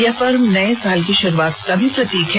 यह पर्व नए साल की शुरुआत का भी प्रतीक है